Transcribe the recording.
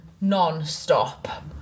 Non-stop